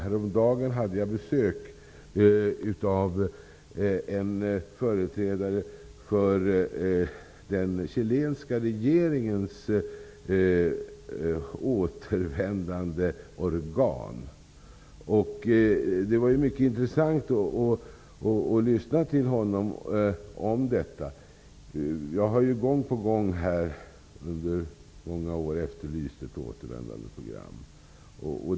Häromdagen hade jag besök av en företrädare för den chilenska regeringens återvändandeorgan. Det var mycket intressant att lyssna när han talade om detta. Gång på gång, under många år, har jag efterlyst ett återvändandeprogram.